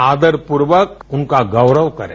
आदरपूर्वक उनका गौरव करें